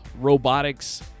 robotics